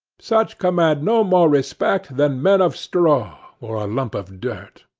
such command no more respect than men of straw or a lump of dirt.